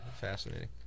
fascinating